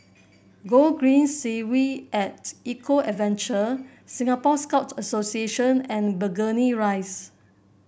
Gogreen Segway at Eco Adventure Singapore Scout Association and Burgundy Rise